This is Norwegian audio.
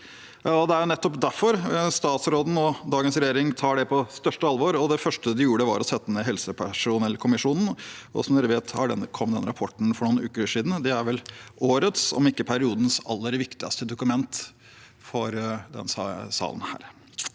Det er nettopp derfor statsråden og dagens regjering tar det på største alvor. Det første de gjorde, var å sette ned helsepersonellkommisjonen, og som dere vet, kom rapporten for noen uker siden. Det er vel årets, om ikke periodens, aller viktigste dokument for denne salen.